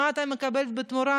מה אתה מקבל בתמורה?